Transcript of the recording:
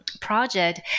project